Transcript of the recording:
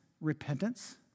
repentance